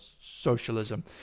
socialism